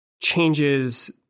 Changes